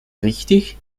richtig